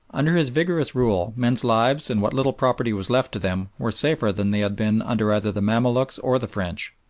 under his vigorous rule men's lives and what little property was left to them were safer than they had been under either the mamaluks or the french,